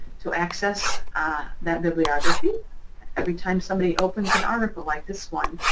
to access that bibliography every time somebody opens an article like this one